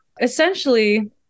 Essentially